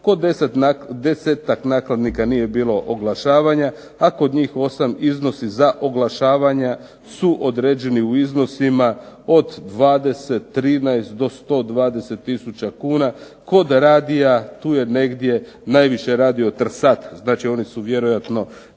Kod desetak nakladnika nije bilo oglašavanja, a kod njih 8 iznosi za oglašavanja su određeni u iznosima od 20, 13 do 120000 kuna. Kod radija tu je negdje najviše radio Trsat, znači oni su vjerojatno